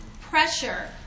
pressure